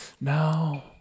No